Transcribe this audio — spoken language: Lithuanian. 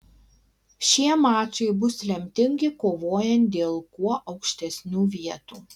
šie mačai bus lemtingi kovojant dėl kuo aukštesnių vietų